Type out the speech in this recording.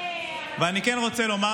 אני כן רוצה לומר